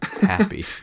happy